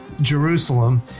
jerusalem